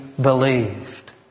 believed